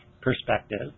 perspective